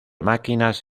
máquinas